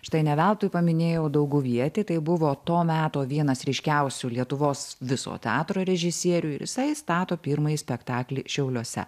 štai ne veltui paminėjau dauguvietį tai buvo to meto vienas ryškiausių lietuvos viso teatro režisierių ir jisai stato pirmąjį spektaklį šiauliuose